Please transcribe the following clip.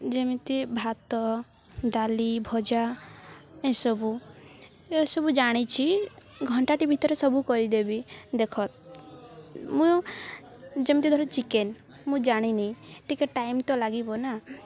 ଯେମିତି ଭାତ ଡାଲି ଭଜା ଏସବୁ ଏସବୁ ଜାଣିଛି ଘଣ୍ଟାଟି ଭିତରେ ସବୁ କରିଦେବି ଦେଖ ତ ମୁଁ ଯେମିତି ଧର ଚିକେନ୍ ମୁଁ ଜାଣିନି ଟିକେ ଟାଇମ୍ ତ ଲାଗିବ ନା